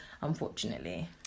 unfortunately